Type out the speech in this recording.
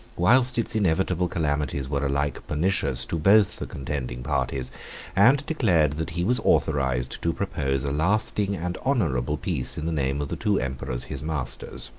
whilst its inevitable calamities were alike pernicious to both the contending parties and declared that he was authorized to propose a lasting and honorable peace in the name of the two emperors his masters.